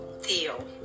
Theo